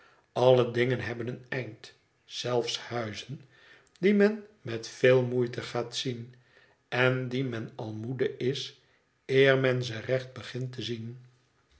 alle dingen hebben een eind zelfs huizen die men met veel moeite gaat zien en die men al moede is eer men ze recht begint te zien